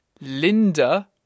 Linda